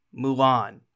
Mulan